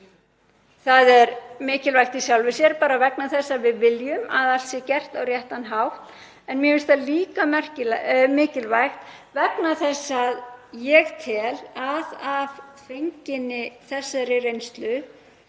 Það er mikilvægt í sjálfu sér bara vegna þess að við viljum að allt sé gert á réttan hátt. En mér finnst það líka mikilvægt vegna þess að ég tel að fenginni þessari reynslu